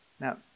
Now